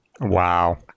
Wow